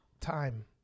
Time